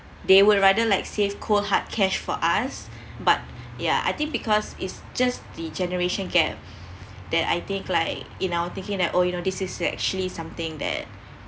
they would rather like save cold hard cash for us but yeah I think because it's just the generation gap that I think like in our thinking that oh you know this is actually something that